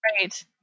Right